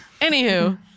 Anywho